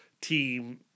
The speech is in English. team